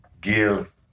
give